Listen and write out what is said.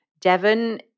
Devon